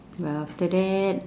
but after that